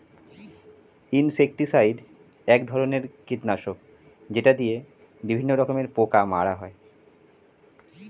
insecticide এক ধরনের কীটনাশক যেটা দিয়ে বিভিন্ন রকমের পোকা মারা হয়